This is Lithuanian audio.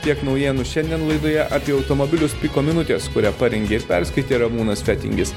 tiek naujienų šiandien laidoje apie automobilius piko minutės kurią parengė ir perskaitė ramūnas fetingis